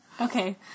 okay